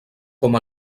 com